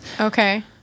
okay